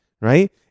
right